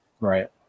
Right